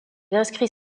inscrit